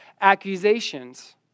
accusations